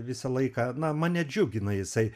visą laiką na mane džiugina jisai